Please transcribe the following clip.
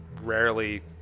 rarely